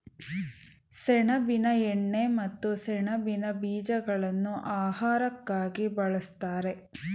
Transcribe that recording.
ಸೆಣಬಿನ ಎಣ್ಣೆ ಮತ್ತು ಸೆಣಬಿನ ಬೀಜಗಳನ್ನು ಆಹಾರಕ್ಕಾಗಿ ಬಳ್ಸತ್ತರೆ